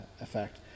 effect